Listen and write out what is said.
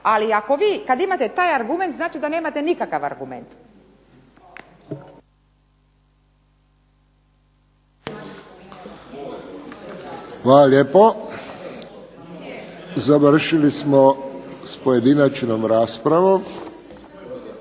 Ali ako vi kada imate taj argument znači da nemate nikakav argument. **Friščić, Josip (HSS)** Hvala lijepo. Završili smo s pojedinačnom raspravom.